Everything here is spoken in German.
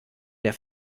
der